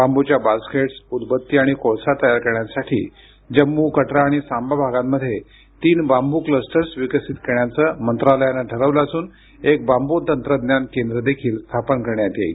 बांबूच्या बास्केट्स उदबत्ती आणि कोळसा तयार करण्यासाठी जम्मू कटरा आणि सांबा भागामध्ये तीन बांबू क्लस्टर्स विकसित करण्याचं मंत्रालयानं ठरवलं असून एक बांबू तंत्रज्ञान केंद्र देखील स्थापन करण्यात येईल